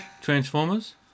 Transformers